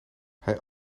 hij